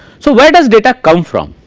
so where does data comes from.